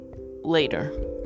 later